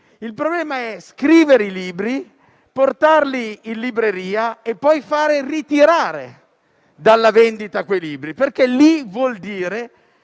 il problema è scrivere i libri, portarli in libreria e poi farli ritirare dalla vendita, perché questo vuol dire